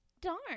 darn